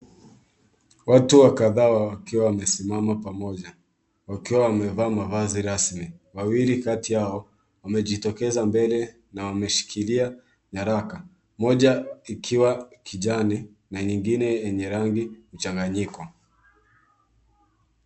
Watu kadhaa wakiwa wamesimama pamoja wakiwa wamevaa mavazi rasmi. Wawili kati yao wamejitokeza mbele na wameshikilia nyaraka. Moja ikiwa kijani na nyingine yenye rangi mchanganyiko.